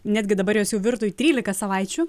netgi dabar jos jau virto į trylika savaičių